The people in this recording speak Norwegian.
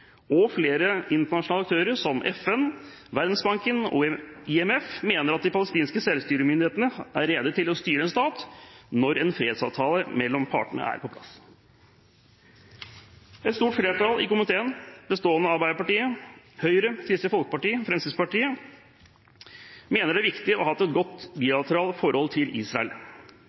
og flere internasjonale aktører, som FN, Verdensbanken og IMF, mener at de palestinske selvstyremyndighetene er rede til å styre en stat når en fredsavtale mellom partene er på plass. Et stort flertall i komiteen, bestående av Arbeiderpartiet, Høyre, Fremskrittspartiet og Kristelig Folkeparti, mener det er viktig å ha et godt bilateralt forhold til Israel.